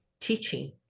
teaching